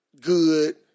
good